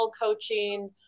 coaching